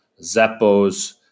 Zappos